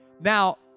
Now